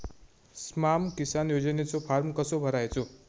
स्माम किसान योजनेचो फॉर्म कसो भरायचो?